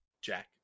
Jack